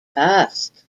passed